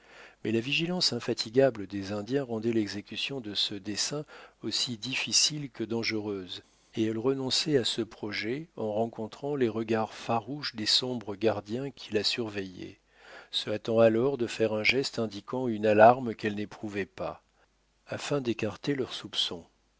mais la vigilance infatigable des indiens rendait l'exécution de ce dessein aussi difficile que dangereuse et elle renonçait à ce projet en rencontrant les regards farouches des sombres gardiens qui la surveillaient se hâtant alors de faire un geste indiquant une alarme qu'elle n'éprouvait pas afin d'écarter leurs soupçons